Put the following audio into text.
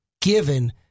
given